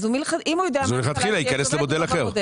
אז הוא מלכתחילה ייכנס למודל אחר.